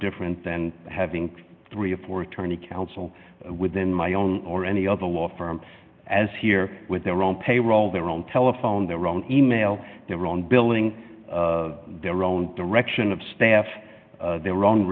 different than having three or four attorney council within my own or any other law firm as here with their own payroll their own telephone their own email their own billing their own direction of staff their